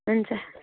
हुन्छ